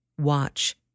Watch